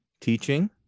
teaching